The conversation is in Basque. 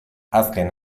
azken